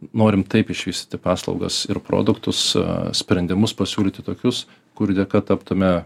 norim taip išvystyti paslaugas ir produktus a sprendimus pasiūlyti tokius kurių dėka taptume